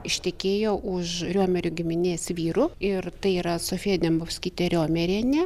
ištekėjo už riomerių giminės vyrų ir tai yra sofija dembovskytė riomerienė